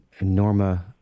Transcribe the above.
Norma